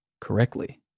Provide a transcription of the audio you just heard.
correctly